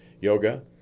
yoga